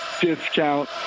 discount